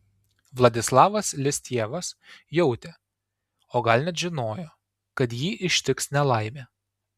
vladislavas listjevas jautė o gal net žinojo kad jį ištiks nelaimė